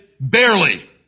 barely